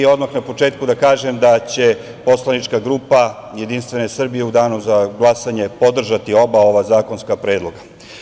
Odmah na početku da kažem da će poslanička grupa Jedinstvene Srbije u danu za glasanje podržati oba ova zakonska predloga.